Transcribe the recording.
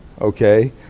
Okay